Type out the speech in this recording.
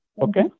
Okay